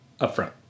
upfront